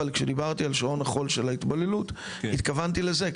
אבל כשדיברתי על שעון החול של ההתבוללות התכוונתי לזה.